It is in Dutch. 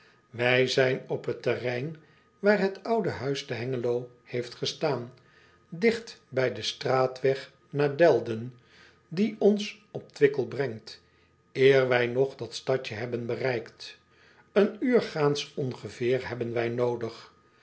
ij zijn op het terrein waar het oude huis te engelo heeft gestaan digt bij den straatweg naar elden die ons op wickel brengt eer wij nog dat stadje hebben bereikt en uur gaans ongeveer hebben wij noodig